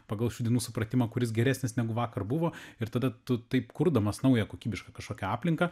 pagal šių dienų supratimą kuris geresnis negu vakar buvo ir tada tu taip kurdamas naują kokybišką kažkokią aplinką